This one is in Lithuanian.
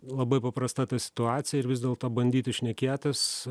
labai paprasta ta situacija ir vis dėlto bandyti šnekėtis